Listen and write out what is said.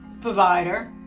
provider